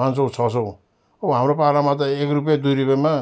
पाँच सय छ सय अब हाम्रो पालामा त एक रुपे दुई रुपेमा